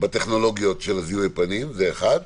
בטכנולוגיות של זיהוי הפנים, זה אחת,